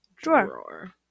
Drawer